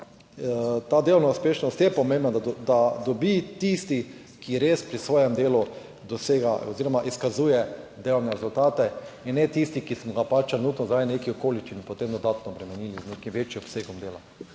ta delovna uspešnost je pomembna, da dobi tisti, ki res pri svojem delu dosega oziroma izkazuje delovne rezultate in ne tisti, ki smo ga pač trenutno zaradi nekih okoliščin potem dodatno obremenili z nekim večjim obsegom dela.